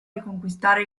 riconquistare